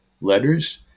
letters